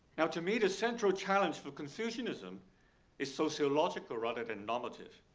now, to me, the central challenge for confucianism is sociological rather than normative.